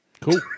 Cool